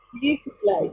beautifully